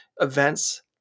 events